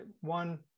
one